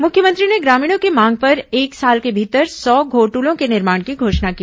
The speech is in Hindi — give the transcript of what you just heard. मुख्यमंत्री ने ग्रामीणों की मांग पर एक साल के भीतर सौ घोट्लों के निर्माण की घोषणा की